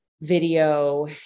video